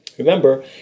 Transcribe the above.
Remember